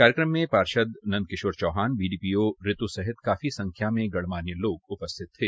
कार्यक्रम में पार्षद नंद किशोर चौहान बीडीपीओ ऋतु सहित काफी संख्या में गणमान्य लोग उपस्थित थे